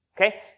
Okay